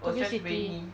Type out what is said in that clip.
tokyo city